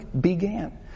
began